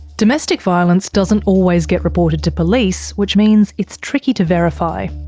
domestic violence doesn't always get reported to police, which means it's tricky to verify.